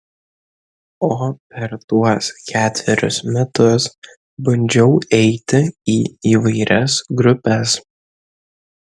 o per tuos ketverius metus bandžiau eiti į įvairias grupes